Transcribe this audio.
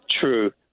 True